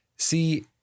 See